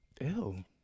Ew